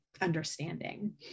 understanding